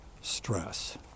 stress